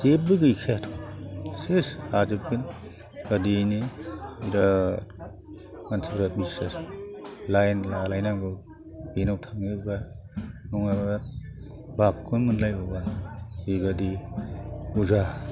जेबो गैखायाथ' सेस हाजोबगोन बादियैनो बिराद मानसिफ्रा बिसास लाइन लालायनांगौ बेनाव थांनोबा नङाबा बाहागखौनो मोनलायबावा बेबायदि बुरजा